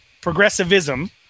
progressivism